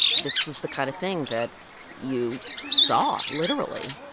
this was the kind of thing that you saw literally.